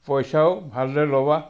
পইচাও ভালদৰে ল'বা